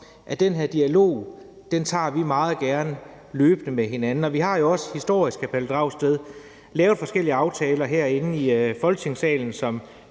at den her dialog tager vi meget gerne løbende med hinanden, og vi har jo også historisk, hr. Pelle Dragsted, lavet forskellige aftaler herinde i Folketingssalen,